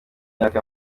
myaka